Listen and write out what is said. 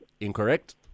Incorrect